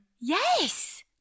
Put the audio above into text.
Yes